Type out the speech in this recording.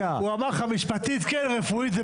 אמר לך שמשפטית כן אבל רפואית זה